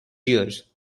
years